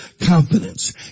confidence